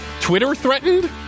Twitter-threatened